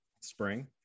spring